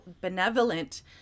Benevolent